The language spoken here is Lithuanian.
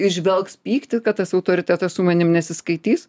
įžvelgs pyktį kad tas autoritetas su manim nesiskaitys